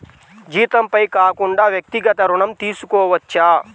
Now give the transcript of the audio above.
జీతంపై కాకుండా వ్యక్తిగత ఋణం తీసుకోవచ్చా?